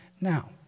Now